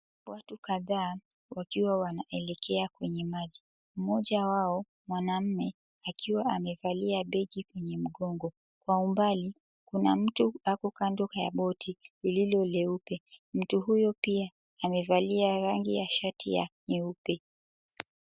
Watu kadhaa wakiwa wanaelekea kwenye maji. Mmoja wao, mwanaume akiwa amevalia begi kwenye mgongo. Kwa umbali kuna mtu ako kando ya boti lililoleupe, mtu huyo pia amevalia rangi ya shati nyeupe.